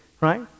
right